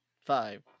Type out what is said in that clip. five